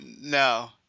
No